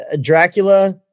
Dracula